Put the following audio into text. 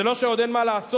זה לא שאין עוד מה לעשות,